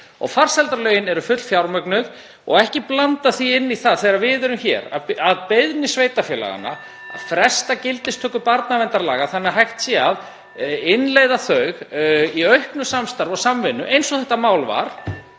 Farsældarlögin eru fullfjármögnuð og má ekki blanda því inn í það þegar við erum hér, að beiðni sveitarfélaganna, (Forseti hringir.) að fresta gildistöku barnaverndarlaga þannig að hægt sé að innleiða þau í auknu samstarfi og samvinnu, eins og þetta mál var.